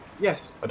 yes